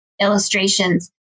illustrations